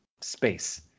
space